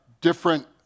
different